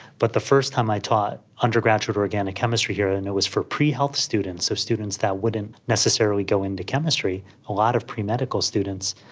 but the first time i taught undergraduate or organic chemistry here and it was for pre-health students, so students that wouldn't necessarily go into chemistry, a lot of premedical students,